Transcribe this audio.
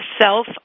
self